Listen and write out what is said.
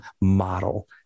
model